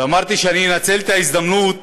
אמרתי שאני אנצל את ההזדמנות